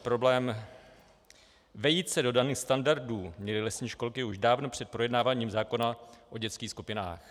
Problém vejít se do daných standardů měly lesní školy už dávno před projednáváním zákona o dětských skupinách.